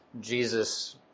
Jesus